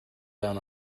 down